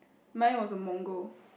mine was a mongre